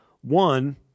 One